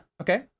Okay